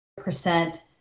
percent